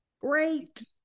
Great